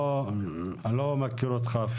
אני לא מכיר אותך,